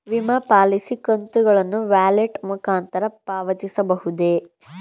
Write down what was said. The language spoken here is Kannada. ವಿಮಾ ಪಾಲಿಸಿ ಕಂತುಗಳನ್ನು ವ್ಯಾಲೆಟ್ ಮುಖಾಂತರ ಪಾವತಿಸಬಹುದೇ?